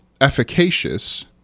efficacious